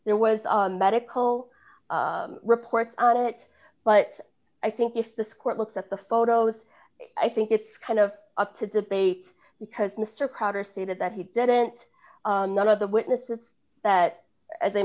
there was a medical report on it but i think if this court looks at the photos i think it's kind of up to debate because mr crowder stated that he didn't none of the witnesses that